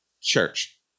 Church